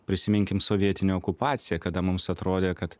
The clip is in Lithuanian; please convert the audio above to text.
prisiminkim sovietinę okupaciją kada mums atrodė kad